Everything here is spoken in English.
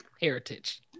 heritage